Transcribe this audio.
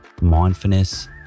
mindfulness